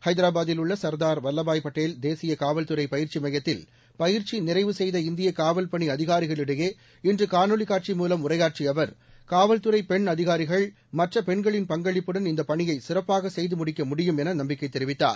ஹைதராபாதில் உள்ள சர்தார் வல்லபாய் பட்டேல் தேசிய காவல்துறை பயிற்சி மையத்தில் பயிற்சி நிறைவு செய்த இந்திய காவல்பனி அதிகாரிகளிடையே இன்று காணொளிக் காட்சி மூலம் உரையாற்றிய அவர் காவல்துறை பெண் அதிகாரிகள் மற்ற பெண்களின் பங்களிப்புடன் இந்தப் பணியை சிறப்பாக செய்து முடிக்க முடியும் என நம்பிக்கை தெரிவித்தார்